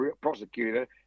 Prosecutor